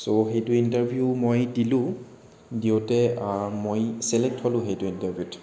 চ' সেইটো ইণ্টাৰভিউ মই দিলোঁ দিওঁতে মই চিলেক্ট হ'লো সেইটো ইণ্টাৰভিউত